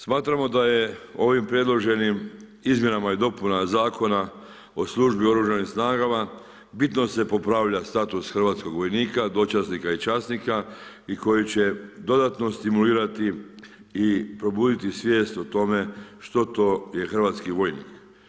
Smatramo da je ovim predloženim izmjenama i dopuna Zakona o službi u Oružanim snagama, bitno se popravlja status hrvatskog vojnika, dočasnika i časnika i koji će dodatno stimulirati i probuditi svijest o tome što to je hrvatski vojnik.